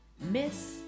Miss